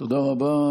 תודה רבה.